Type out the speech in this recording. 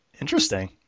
Interesting